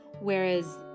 Whereas